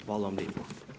Hvala vam lijepa.